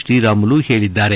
ಶ್ರೀರಾಮುಲು ಹೇಳದ್ದಾರೆ